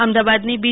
અમદાવાદની બી